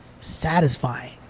satisfying